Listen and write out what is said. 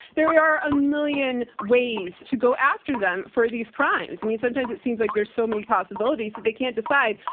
there are a million ways to go after them for these crimes. i mean, sometimes it seems like there's so many possibilities that they can't decide.